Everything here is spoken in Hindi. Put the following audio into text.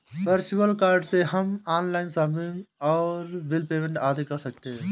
वर्चुअल कार्ड से हम ऑनलाइन शॉपिंग और बिल पेमेंट आदि कर सकते है